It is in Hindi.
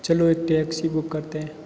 चलो एक टैक्सी बुक करते हैं